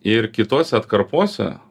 ir kitose atkarpose